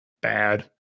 bad